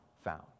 found